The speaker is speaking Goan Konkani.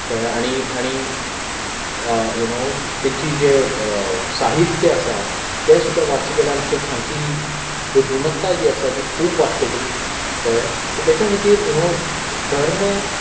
कळ्ळें आनी आनी यू नो तेंची जें साहित्य आसा तें सुद्दां वाचीत जाल्यार आमचें आमची बुध्दीमत्ता जी आसा ती खूब वाडटली कळ्ळें सो ताच्या खातीर यू नो धर्म